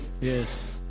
Yes